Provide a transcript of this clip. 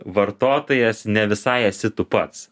vartotojas ne visai esi tu pats